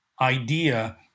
idea